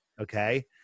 Okay